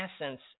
essence